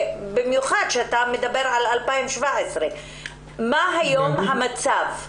במיוחד שאתה מדבר על 2017. מה המצב היום?